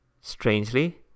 Strangely